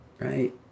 Right